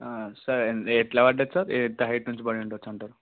sir ఎలా పడింది sir ఎంత హైట్ నుంచి పడి ఉండచు అంటారు